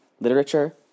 literature